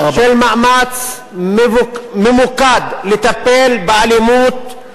צריך לחזור כל שנה ולעמוד על הפודיום ולהגיד למה הוראת שעה'